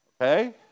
Okay